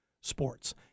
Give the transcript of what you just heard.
sports